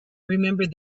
remember